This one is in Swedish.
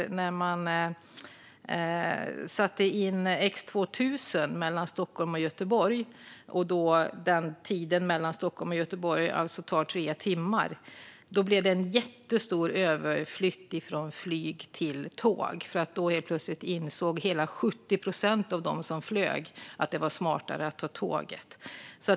När man satte in X2000 mellan Stockholm och Göteborg och det gick att åka sträckan på tre timmar blev det en jättestor överflyttning från flyg till tåg. Helt plötsligt insåg hela 70 procent av dem som flög att det var smartare att ta tåget.